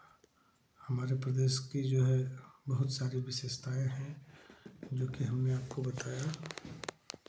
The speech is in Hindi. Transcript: हमारे प्रदेश की जो है बहुत सारी विशेषताएं हैं जो कि हमने आपको बताया